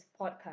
podcast